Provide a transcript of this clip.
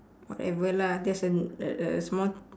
whatever lah just a a a small